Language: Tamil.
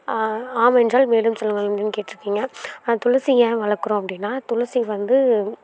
ஆம் என்றால் மேலும் சொல்லுங்கள்ன்னு கேட்டுருக்கீங்க துளசி ஏன் வளர்க்குறோம் அப்படின்னா துளசி வந்து